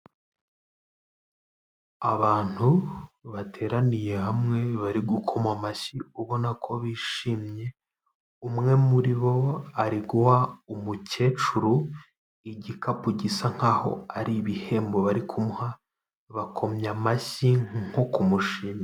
Abantu bateraniye hamwe bari gukoma amashyi ubona ko bishimye, umwe muri bo ari guha umukecuru igikapu gisa nkaho ari ibihembo bari kumuha, bakomya amashyi nko kumushimira.